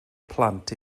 plant